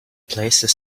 places